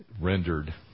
rendered